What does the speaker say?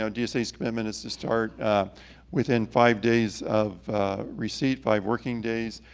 so dsa's commitment is to start within five days of receipt, five working days.